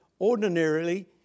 ordinarily